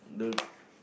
the